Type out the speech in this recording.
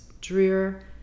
drear